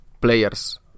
players